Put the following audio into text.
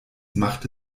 machte